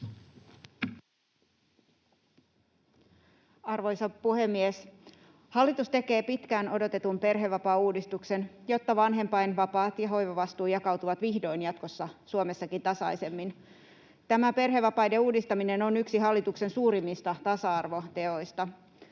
Arvoisa puhemies! Hallitus tekee pitkään odotetun perhevapaauudistuksen, jotta vanhempainvapaat ja hoivavastuu jakautuvat vihdoin jatkossa Suomessakin tasaisemmin. Tämä perhevapaiden uudistaminen on yksi hallituksen suurimmista tasa-arvoteoista.